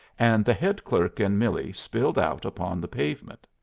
and the head clerk and millie spilled out upon the pavement.